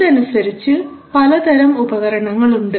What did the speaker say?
ഇതനുസരിച്ച് പലതരം ഉപകരണങ്ങൾ ഉണ്ട്